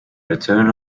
return